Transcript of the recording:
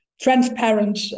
transparent